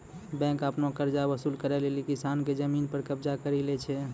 bank आपनो कर्जा वसुल करै लेली किसान के जमिन पर कबजा करि लै छै